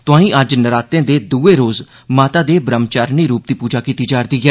तोआई अज्ज नरातें दे दुए रोज माता दे ब्रह्मचारिणी रूप दी पूजा कीती जा'रदी ऐ